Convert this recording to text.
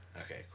Okay